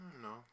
no